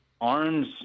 arms